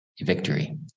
victory